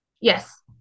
Yes